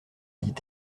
dit